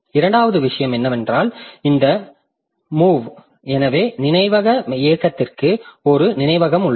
இரண்டாவது விஷயம் என்னவென்றால் இந்த முவ் எனவே நினைவக இயக்கத்திற்கு ஒரு நினைவகம் உள்ளது